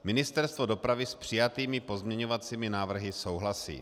Ministerstvo dopravy s přijatými pozměňovacími návrhy souhlasí.